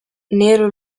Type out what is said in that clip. nero